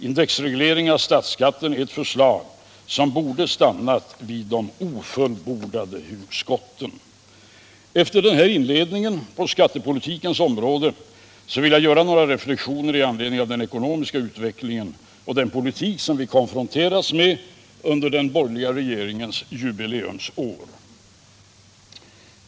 Indexreglering av statsskatten är ett för slag som borde ha stannat vid de ofullbordade hugskotten. Efter den här inledningen på skattepolitikens område vill jag göra några reflexioner med anledning av den ekonomiska utvecklingen och den politik som vi har konfronterats med under den borgerliga regeringens jubileumsår.